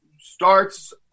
starts